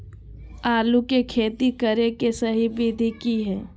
आलू के खेती करें के सही विधि की हय?